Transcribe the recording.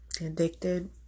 addicted